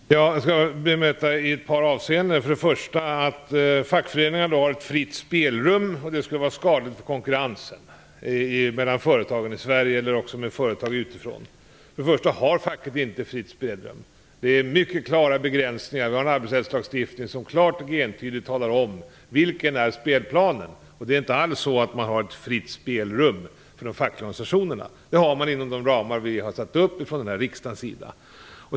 Fru talman! Jag skall bemöta Christel Anderbergs inlägg i ett par avseenden. Det sades att fackföreningarna har ett fritt spelrum och att det skulle vara skadligt för konkurrensen mellan företag i Sverige eller mellan företag i Sverige och företag utifrån. Facket har inte fritt spelrum. Det finns mycket klara begränsningar. Vår arbetsrättslagstiftning talar klart och entydigt om hur spelplanen ser ut. Man har inte alls fritt spelrum för de fackliga organisationerna. Det har man inom de ramar vi har satt upp från denna riksdags sida.